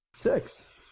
Six